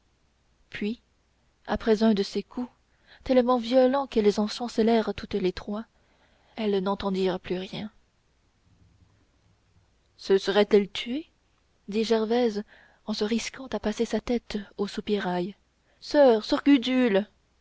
puis après un de ces coups tellement violent qu'elles en chancelèrent toutes les trois elles n'entendirent plus rien se serait-elle tuée dit gervaise en se risquant à passer sa tête au soupirail soeur soeur